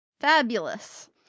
Fabulous